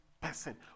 person